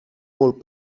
molt